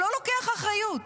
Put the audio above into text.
שלא לוקח אחריות?